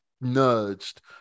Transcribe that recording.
nudged